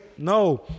No